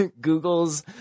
Google's